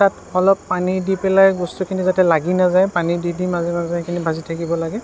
তাত অলপ পানী দি পেলাই বস্তুখিনি যাতে লাগি নাযায় পানী দি দি মাজে মাজে সেইখিনি ভাজি থাকিব লাগে